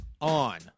On